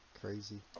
crazy